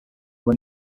when